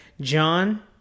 John